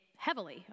heavily